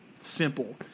Simple